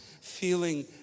feeling